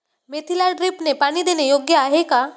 मेथीला ड्रिपने पाणी देणे योग्य आहे का?